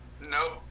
Nope